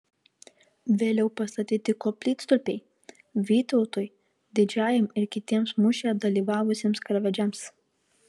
vėliau pastatyti koplytstulpiai vytautui didžiajam ir kitiems mūšyje dalyvavusiems karvedžiams